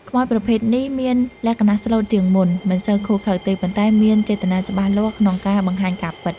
ខ្មោចប្រភេទនេះមានលក្ខណៈស្លូតជាងមុន មិនសូវឃោរឃៅទេ ប៉ុន្តែមានចេតនាច្បាស់លាស់ក្នុងការ បង្ហាញការពិត។